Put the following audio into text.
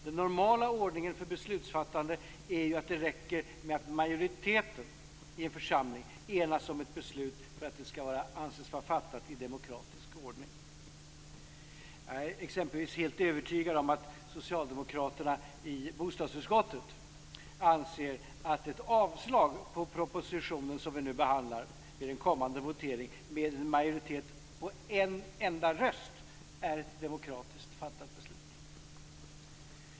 Den normala ordningen för beslutsfattande är ju att det räcker med att majoriteten i en församling enas om ett beslut för att det skall anses vara fattat i demokratisk ordning. Jag är exempelvis helt övertygad om att socialdemokraterna i bostadsutskottet anser att ett avslag på den proposition som vi nu behandlar vid en kommande votering med en majoritet på en enda röst är ett demokratiskt fattat beslut.